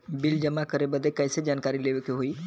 Bill जमा करे बदी कैसे जानकारी लेवे के होई?